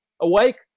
awake